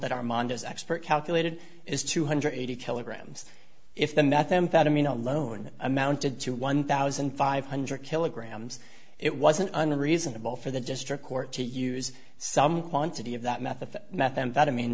that armando's expert calculated is two hundred eighty kilograms if the methamphetamine alone amounted to one thousand five hundred kilograms it wasn't unreasonable for the district court to use some quantity of that meth of methamphetamine